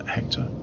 Hector